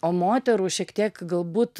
o moterų šiek tiek galbūt